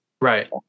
right